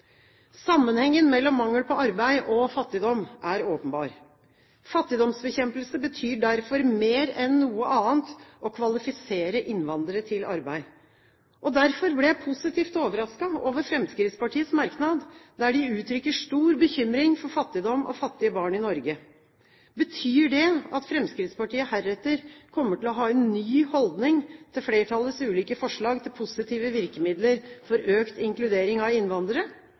Sammenhengen mellom mangel på arbeid og fattigdom er åpenbar. Fattigdomsbekjempelse betyr derfor mer enn noe annet å kvalifisere innvandrere til arbeid. Derfor ble jeg positivt overrasket over Fremskrittspartiets merknad der de uttrykker stor bekymring for fattigdom og fattige barn i Norge. Betyr det at Fremskrittspartiet heretter kommer til å ha en ny holdning til flertallets ulike forslag til positive virkemidler for økt inkludering av innvandrere?